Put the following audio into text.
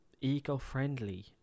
eco-friendly